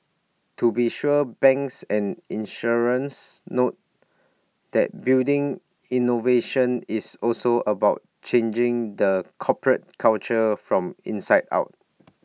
to be sure banks and insurance note that building innovation is also about changing the corporate culture from inside out